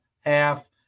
half